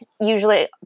usually